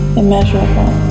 immeasurable